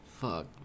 fuck